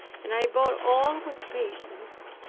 and i bore all with patience,